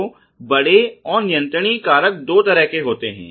तो बड़े और नियंत्रणीय कारक दो तरह के होते हैं